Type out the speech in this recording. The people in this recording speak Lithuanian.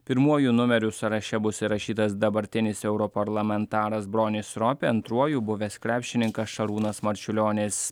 pirmuoju numeriu sąraše bus įrašytas dabartinis europarlamentaras bronis ropė antruoju buvęs krepšininkas šarūnas marčiulionis